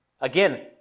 Again